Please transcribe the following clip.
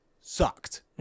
sucked